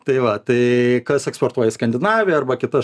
tai va tai kas eksportuoja į skandinaviją arba kitas